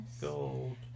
gold